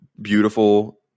beautiful